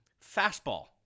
Fastball